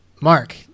Mark